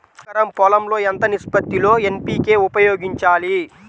ఎకరం పొలం లో ఎంత నిష్పత్తి లో ఎన్.పీ.కే ఉపయోగించాలి?